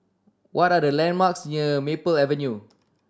what are the landmarks near Maple Avenue